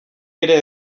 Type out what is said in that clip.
ere